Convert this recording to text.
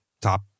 top